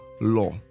law